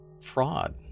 fraud